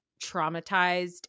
traumatized